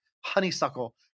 honeysuckle